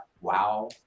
wow